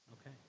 okay